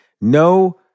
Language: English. No